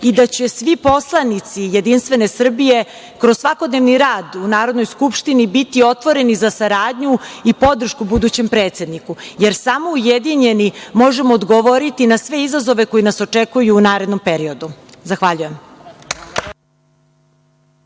i da će svi poslanici JS, kroz svakodnevni rad u Narodnoj skupštini, biti otvoreni za saradnju i podršku budućem predsedniku, jer samo ujedinjeni možemo odgovoriti na sve izazove koji nas očekuju u narednom periodu. Zahvaljujem.